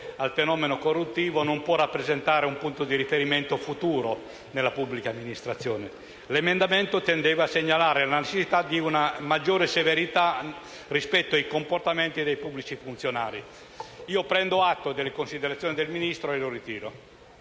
al fenomeno corruttivo non può rappresentare un punto di riferimento futuro nella pubblica amministrazione. L'emendamento tendeva a segnalare la necessità di un maggiore severità rispetto ai comportamenti dei pubblici funzionari. Prendo tuttavia atto delle considerazioni del Ministro e lo ritiro.